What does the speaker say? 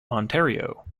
ontario